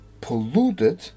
polluted